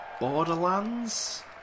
Borderlands